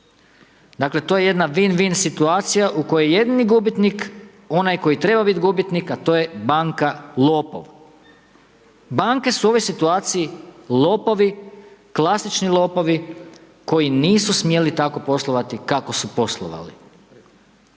Dakle, to je jedna vin vin situacija u kojoj je jedini gubitnik onaj koji treba biti gubitnik, a to je banka lopov. Banke su u ovoj situaciji lopovi, klasični lopovi koji nisu smjeli tako poslovati kako su poslovali